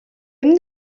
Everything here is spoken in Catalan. hem